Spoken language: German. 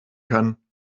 kann